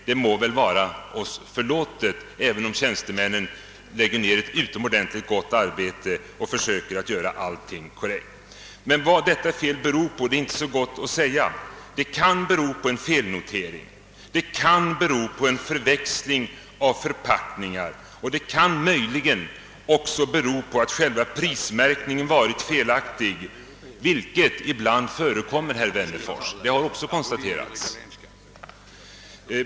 Den må vara oss förlåten — tjänstemännen gör ett utomordentligt gott arbete och försöker göra allting korrekt. Vad detta fel beror på är inte lätt att säga. Det kan bero på en felnotering. Det kan bero på en förväxling av förpackningar, och det kan möjligen också bero på att själva prismärkningen varit felaktig. Detta förekommer ibland, herr Wennerfors, och det har också konstaterats.